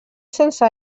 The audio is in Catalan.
sense